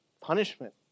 punishment